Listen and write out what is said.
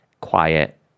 quiet